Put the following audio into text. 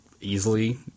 easily